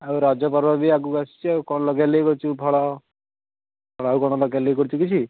ଆଉ ରଜପର୍ବ ବି ଆଗକୁ ଆସୁଛି ଆଉ କ'ଣ ଲଗିଆଲଗି କରିଛୁ ଫଳ ଆଉ କ'ଣ ଲଗିଆଲଗି କରିଛୁ କିଛି